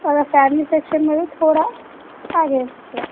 اور اگر family section بولے تھوڑا آگے تھوڑا